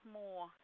more